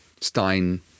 Stein